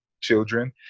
children